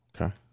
Okay